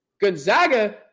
Gonzaga